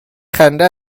خنده